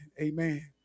Amen